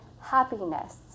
happiness